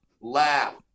laugh